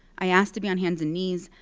i asked to be on hands and knees,